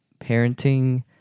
parenting